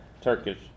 Turkish